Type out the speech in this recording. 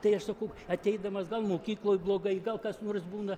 tai aš sakau ateidamas gal mokykloj blogai gal kas nors būna